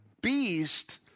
beast